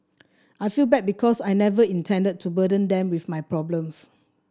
I feel bad because I never intended to burden them with my problems